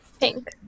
pink